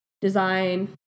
design